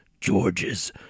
George's